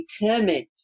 determined